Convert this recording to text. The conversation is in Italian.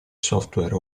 software